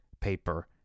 paper